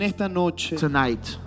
tonight